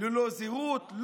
ללא זהות.